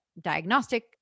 diagnostic